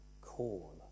call